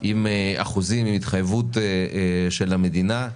עם אחוזים והתחייבות של המדינה,